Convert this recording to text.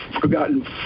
forgotten